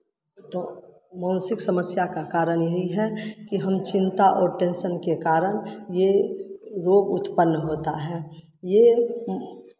मानसिक समस्या का कारण यही है कि हम चिंता और टेन्सन के कारण ये रोग उत्पन्न होता है ये